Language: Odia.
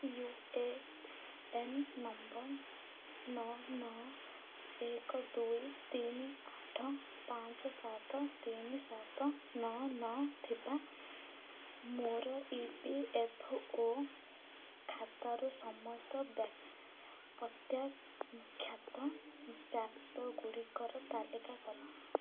ୟୁ ଏ ଏନ୍ ନମ୍ବର ନଅ ନଅ ଏକ ଦୁଇ ତିନି ଆଠ ପାଞ୍ଚ ସାତ ତିନି ସାତ ନଅ ନଅ ଥିବା ମୋର ଇ ପି ଏଫ୍ ଓ ଖାତାରୁ ସମସ୍ତ ପ୍ରତ୍ୟାଖ୍ୟାତ ପ୍ରାପ୍ୟ ଗୁଡ଼ିକର ତାଲିକା କର